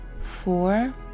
four